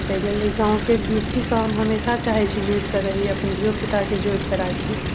ताहि लागी गाँव के मिट्टी से हम हमेशा चाहे छी जुड़ि के रही आ अपन धियो पूता के जोरि के राखी